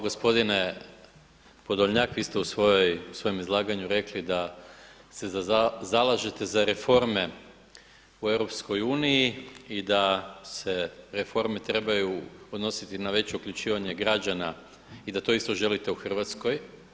Gospodine Podolnjak, vi ste u svojem izlaganju rekli da se zalažete za reforme u EU i da se reforme trebaju odnositi na veće uključivanje građana i da to isto želite u Hrvatskoj.